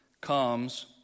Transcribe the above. comes